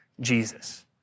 Jesus